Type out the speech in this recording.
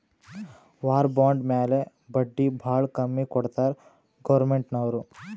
war bond ಮ್ಯಾಲ ಬಡ್ಡಿ ಭಾಳ ಕಮ್ಮಿ ಕೊಡ್ತಾರ್ ಗೌರ್ಮೆಂಟ್ನವ್ರು